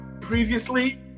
previously